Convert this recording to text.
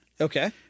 Okay